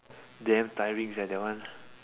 damn tiring sia that one